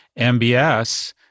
MBS